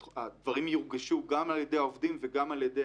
שהדברים יורגשו גם על ידי העובדים וגם על ידי